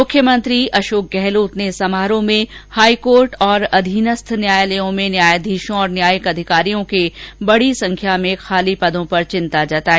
मुख्यमंत्री अशोक गहलोत ने हाईकोर्ट और अधीनस्थ न्यायालयों में न्यायाधीशों और न्यायिक अधिकारियों के बडी संख्या में खाली पदों पर चिंता जताई